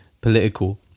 political